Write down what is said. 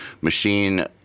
machine